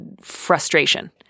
frustration